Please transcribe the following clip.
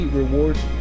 rewards